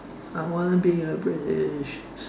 I want to be a British